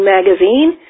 Magazine